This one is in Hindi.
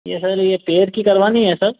यह सर यह पैर की करवानी है सर